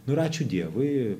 nu ir ačiū dievui